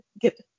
get